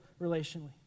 relationally